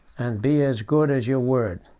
and be as good as your word.